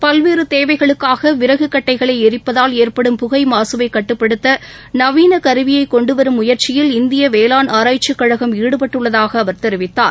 பல்வேறுதேவைகளுக்காகவிறகுகட்டைகளைஎரிப்பதால் ஏற்படும் புகை மாசுவைகட்டுப்படுத்தநவீனகருவியைகொண்டுவரும் இந்தியவேளாண் ஆராய்ச்சிக் கழகம் ஈடுபட்டுள்ளதாகஅவர் தெரிவித்தார்